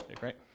right